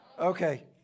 Okay